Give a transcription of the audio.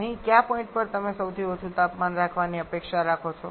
અહીં કયા પોઈન્ટ પર તમે સૌથી ઓછું તાપમાન રાખવાની અપેક્ષા રાખો છો